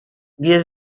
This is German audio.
wir